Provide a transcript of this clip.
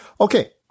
Okay